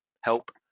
help